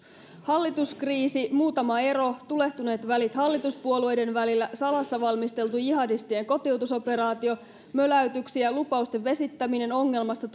hallituskriisi muutama ero tulehtuneet välit hallituspuolueiden välillä salassa valmisteltu jihadistien kotiutusoperaatio möläytyksiä lupausten vesittäminen ongelmasta